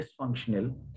dysfunctional